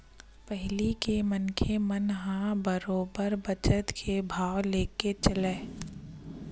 पहिली के मनखे मन ह बरोबर बचत के भावना लेके चलय